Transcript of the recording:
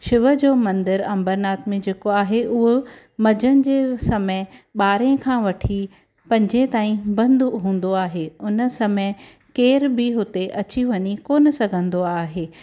शिव जो मंदरु अंबरनाथ में जेको आहे उहो मंझंदि जे समय ॿारहे खां वठी पंजे ताईं बंदि हूंदो आहे हुन समय केर बि हुते अची वञी कोन सघंदो आहे